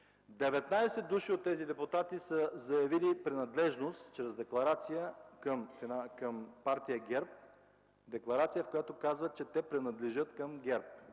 19 от тях са заявили принадлежност чрез декларация към Партия ГЕРБ – декларация, в която казват, че те принадлежат към ГЕРБ.